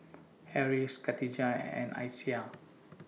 Harris Katijah and Aisyah